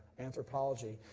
anthropology,